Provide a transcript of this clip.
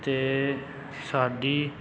ਅਤੇ ਸਾਡੀ